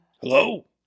Hello